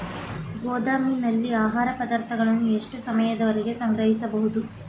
ಗೋದಾಮಿನಲ್ಲಿ ಆಹಾರ ಪದಾರ್ಥಗಳನ್ನು ಎಷ್ಟು ಸಮಯದವರೆಗೆ ಸಂಗ್ರಹಿಸಬಹುದು?